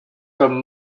comme